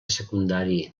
secundari